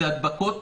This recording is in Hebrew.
זה הדבקות.